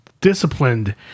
disciplined